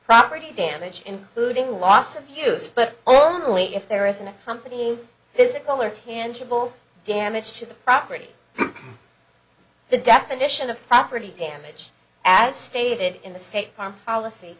property damage including loss of use but only if there is an accompanying physical or tangible damage to the property the definition of property damage as stated in the state farm policy